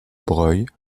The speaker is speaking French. breuil